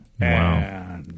Wow